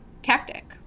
tactic